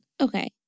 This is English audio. Okay